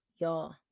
y'all